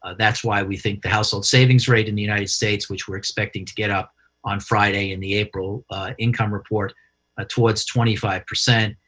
ah that's why we think the household savings rate in the united states, which we're expecting to get up on friday, and the april income report towards twenty five percent,